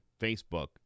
Facebook